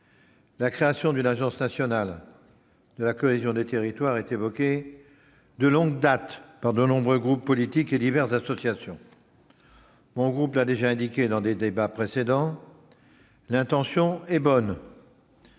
la création d'une Agence nationale de la cohésion des territoires était évoquée de longue date par de nombreux groupes politiques et diverses associations. Mon groupe l'a déjà indiqué lors de débats antérieurs : l'intention est bonne,